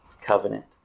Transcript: covenant